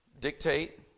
dictate